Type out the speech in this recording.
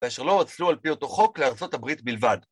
ושלא יוצלו על פי אותו חוק לארה״ב בלבד.